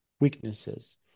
weaknesses